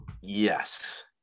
yes